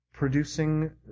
producing